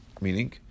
Meaning